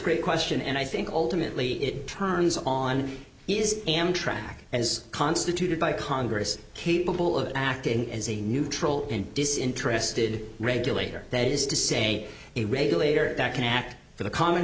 of question and i think ultimately it turns on is amtrak as constituted by congress capable of acting as a neutral and disinterested regulator that is to say a regulator that can act for the common